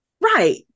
Right